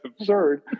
absurd